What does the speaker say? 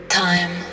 time